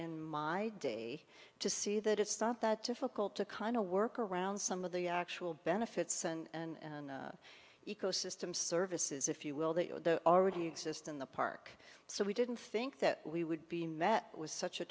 in my i day to see that it's not that difficult to kind of work around some of the actual benefits and ecosystem services if you will that already exist in the park so we didn't think that we would be met with such a